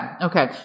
Okay